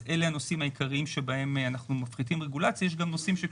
אלה הנושאים העיקריים שבהם אנחנו מפחיתים רגולציה,